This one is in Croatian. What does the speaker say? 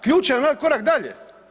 Ključan je onaj korak dalje.